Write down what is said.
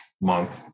month